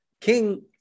King